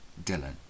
Dylan